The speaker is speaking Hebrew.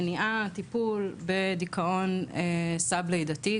מניעה וטיפול בדיכאון "סאב-לידתי",